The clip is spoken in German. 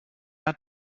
hat